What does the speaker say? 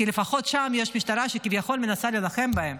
כי לפחות שם יש משטרה שכביכול מנסה להילחם בהם.